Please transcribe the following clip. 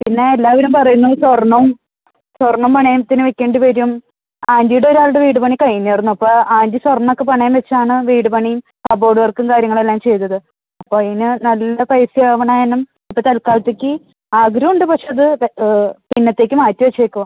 പിന്നെ എല്ലാവരും പറയുന്നൂ സ്വർണ്ണം സ്വർണ്ണം പണയത്തിന് വയ്ക്കേണ്ടി വരും ആൻ്റിയുടെ ഒരാളുടെ വീട് പണി കഴിഞ്ഞായിരുന്നു അപ്പോൾ ആൻ്റി സ്വർണ്ണമൊക്കെ പണയം വച്ചാണ് വീട് പണി കബോഡ് വർക്കും കാര്യങ്ങളെല്ലാം ചെയ്തത് അപ്പോൾ അതിന് നല്ല പൈസ ആവുന്നതിനും ഇപ്പോൾ തൽക്കാലത്തേക്ക് ആഗ്രഹമുണ്ട് പക്ഷെ അത് പിന്നത്തേക്ക് മാറ്റി വച്ചേക്കുവാണ്